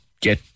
get